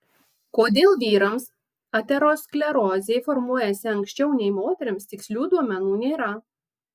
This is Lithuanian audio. kodėl vyrams aterosklerozė formuojasi anksčiau nei moterims tikslių duomenų nėra